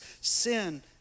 Sin